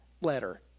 letter